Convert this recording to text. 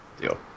deal